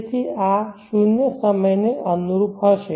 તેથી આ શૂન્ય સમયને અનુરૂપ હશે